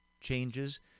changes